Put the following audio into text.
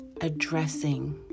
addressing